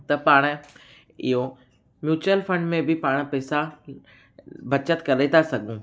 त पाण इहो म्यूचुअल फंड में बि पाण पैसा बचति करे था सघूं